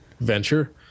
venture